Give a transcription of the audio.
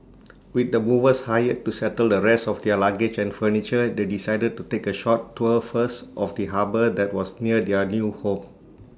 with the movers hired to settle the rest of their luggage and furniture they decided to take A short tour first of the harbour that was near their new home